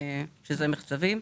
שזה מחצבות.